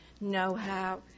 know-how